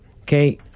okay